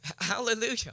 Hallelujah